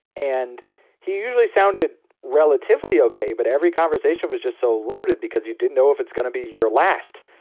and he usually sounded relatively okay, but every conversation was just so loaded, because you didn't know if it's going to be your last.